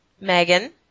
Megan